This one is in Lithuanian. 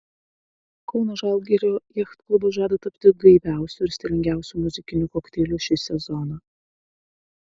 kauno žalgirio jachtklubas žada tapti gaiviausiu ir stilingiausiu muzikiniu kokteiliu šį sezoną